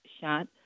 shot